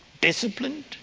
disciplined